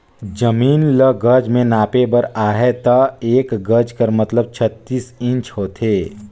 जमीन ल गज में नापे बर अहे ता एक गज कर मतलब छत्तीस इंच होथे